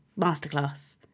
Masterclass